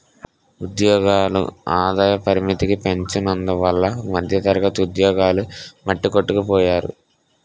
ఉద్యోగుల ఆదాయ పరిమితికి పెంచనందువల్ల మధ్యతరగతి ఉద్యోగులు మట్టికొట్టుకుపోయారు